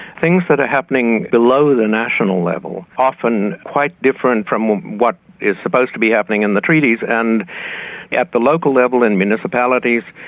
things that are happening below the national level, often quite different from what is supposed to be happening in the treaties. and yeah at the local level in municipalities,